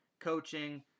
coaching